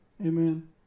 amen